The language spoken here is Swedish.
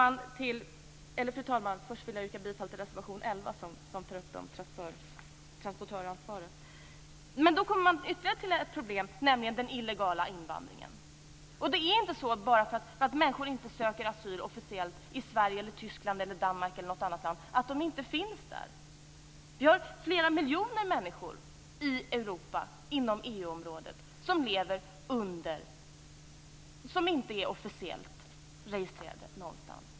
Jag vill först yrka bifall till reservation Den illegala invandringen är ytterligare ett problem. Det är inte så att människor, bara för att de inte officiellt söker asyl i Sverige, Tyskland, Danmark eller något annat land, inte finns där. Det är flera miljoner människor i Europa, inom EU-området, som inte är officiellt registrerade någonstans.